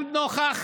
גם נוכח